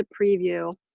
preview